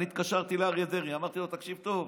אני התקשרתי לאריה דרעי, אמרתי לו: תקשיב טוב,